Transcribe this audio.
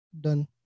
done